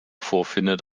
vorfindet